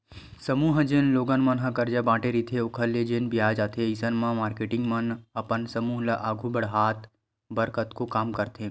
समूह ह जेन लोगन मन करजा बांटे रहिथे ओखर ले जेन बियाज आथे अइसन म मारकेटिंग मन अपन समूह ल आघू बड़हाय बर कतको काम करथे